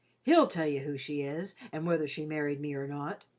he'll tell you who she is, and whether she married me or not.